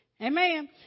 Amen